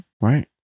right